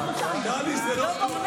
טלי, זה לא,